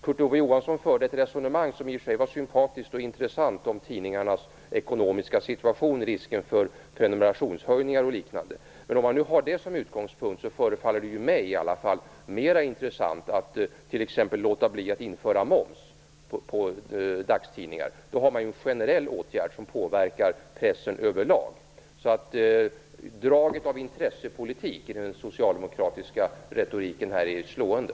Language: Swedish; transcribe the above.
Kurt Ove Johansson förde ett resonemang som i och för sig var sympatiskt och intressant om tidningarnas ekonomiska situation, risken för prishöjningar på prenumerationer och liknande. Men om man nu har det som utgångspunkt förefaller det mig mera intressant att t.ex. låta bli att införa moms på dagstidningar. Det är en generell åtgärd som påverkar pressen över lag. Draget av intressepolitik i den socialdemokratiska retoriken är slående.